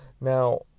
now